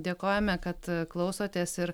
dėkojame kad klausotės ir